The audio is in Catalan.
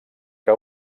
que